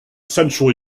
central